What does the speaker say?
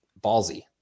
ballsy